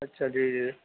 اچھا جی جی